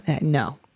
no